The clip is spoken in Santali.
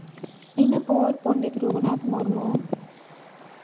ᱤᱱᱟᱹᱯᱚᱨ ᱯᱚᱱᱰᱤᱛ ᱨᱚᱜᱷᱩᱱᱟᱛᱷ ᱢᱩᱨᱢᱩ